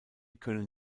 können